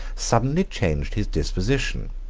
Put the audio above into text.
suddenly changed his disposition,